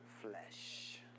flesh